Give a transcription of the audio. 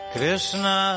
Krishna